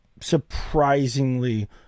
surprisingly